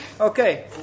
Okay